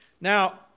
Now